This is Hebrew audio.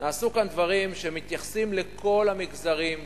נעשו כאן דברים שמתייחסים לכל המגזרים,